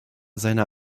seiner